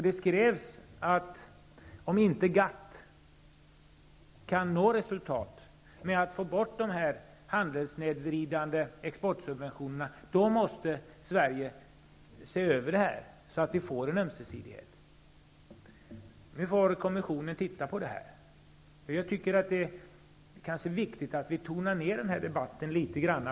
Det skrevs att om GATT inte kan nå resultat och få bort de handelssnedvridande exportsubventionerna måste Sverige se över detta så att vi får en ömsesidighet. Nu får kommissionen se över detta. Det är nog viktigt att vi tonar ner den här debatten litet grand.